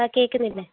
ആ കേൾക്കുന്നില്ലേ